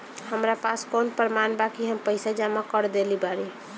हमरा पास कौन प्रमाण बा कि हम पईसा जमा कर देली बारी?